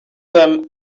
them